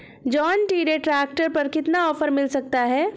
John Deere tractor पर कितना offer मिल सकता है?